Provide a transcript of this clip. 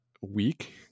week